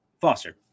Foster